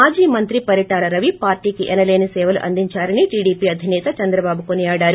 మాజీ మంత్రి పరిటాల రవి పార్లీకి ఎనలేని సేవలు అందిందారని టీడీపీ అధినేత చంద్రబాబు కొనియాడారు